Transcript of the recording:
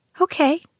Okay